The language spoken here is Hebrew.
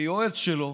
כיועץ שלו